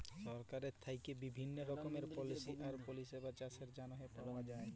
সরকারের থ্যাইকে বিভিল্ল্য রকমের পলিসি আর পরিষেবা চাষের জ্যনহে পাউয়া যায়